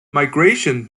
migration